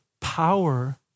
power